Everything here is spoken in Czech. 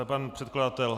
Pan předkladatel.